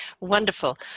Wonderful